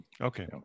Okay